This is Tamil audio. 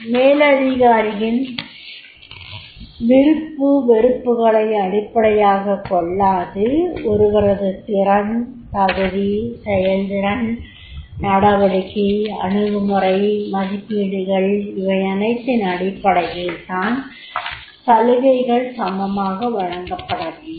மேலதிகாரியின் விருப்பு வெறுப்புகளை அடிப்படையாகக் கொள்ளாது ஒருவரது திறன் தகுதி செயல்திறன் நடவடிக்கை அணுகுமுறை மதிப்பீடுகள் இவையனத்தின் அடிப்படையில் தான் சலுகைகள் சமமாக வழங்கப்படவேண்டும்